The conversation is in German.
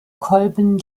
kolben